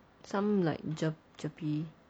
some like the GER [pe]